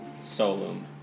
Solum